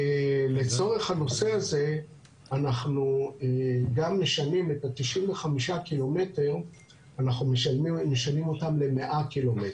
לצורך הנושא הזה אנחנו גם משנים את ה-95 ק"מ ל-100 ק"מ.